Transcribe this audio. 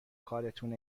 کارتون